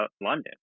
London